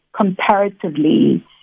comparatively